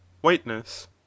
WHITENESS